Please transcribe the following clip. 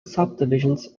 subdivisions